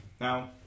Now